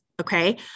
okay